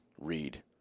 read